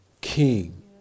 king